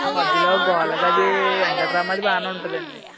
మధ్యలో గోడలకి అదీ వెంకటరామాది బాగానే ఉంటుందండి